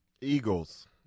Eagles